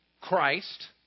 Christ